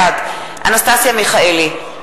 בעד אנסטסיה מיכאלי,